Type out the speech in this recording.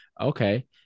okay